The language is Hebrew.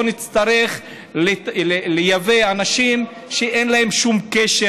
נצטרך לייבא אנשים שאין להם שום קשר,